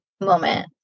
moment